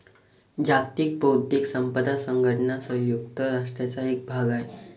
जागतिक बौद्धिक संपदा संघटना संयुक्त राष्ट्रांचा एक भाग आहे